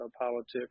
politics